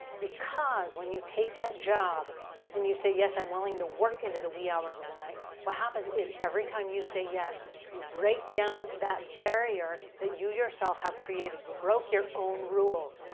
because when you take that job and you say, yes, i'm willing to work into the wee hours of the night. what happens is, every time you say yes, you break down that barrier that you, yourself, have created. you broke your own rules.